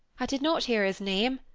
i did not hear his name,